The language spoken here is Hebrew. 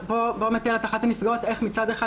פה מתארת אחת הנפגעות איך מצד אחד